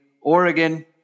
Oregon